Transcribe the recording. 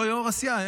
לא יו"ר הסיעה?